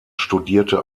studierte